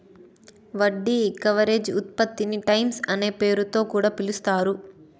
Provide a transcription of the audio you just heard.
వడ్డీ కవరేజ్ ఉత్పత్తిని టైమ్స్ అనే పేరుతొ కూడా పిలుస్తారు